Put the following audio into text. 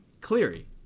Cleary